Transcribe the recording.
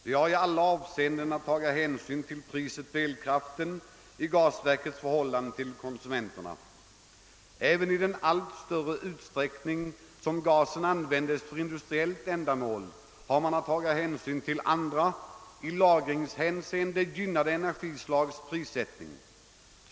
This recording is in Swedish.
Vi har i alla avseenden att ta hänsyn till priset på elkraften när det gäller gasverkens förhållande till konsumenterna. Även i fråga om den gas som i allt större utsträckning används för industriellt ändamål har man att ta hänsyn till andra, i lagringshänseende gynnade energislags prissättning.